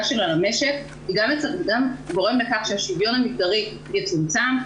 שלה במשק זה גם גורם לכך שהשוויון המגדרי יצומצם,